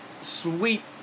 sweet